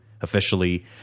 officially